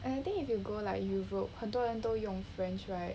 and I think if you go like Europe 很多人都用 french right